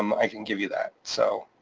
um i can give you that. so